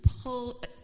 pull